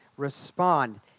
respond